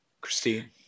Christine